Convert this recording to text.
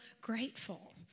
grateful